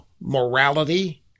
morality